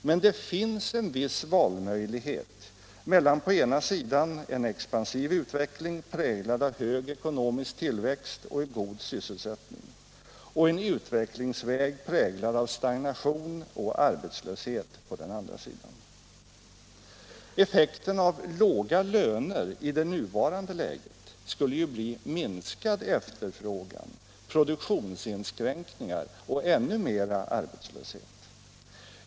Men det finns en viss valmöjlighet mellan på ena sidan en expansiv utveckling präglad av hög ekonomisk tillväxt och god sysselsättning och på andra sidan en utvecklingsväg präglad av stagnation och arbetslöshet. Effekten av låga löner i det nuvarande läget skulle ju bli minskad efterfrågan, produktionsinskränkningar och ännu mera arbetslöshet.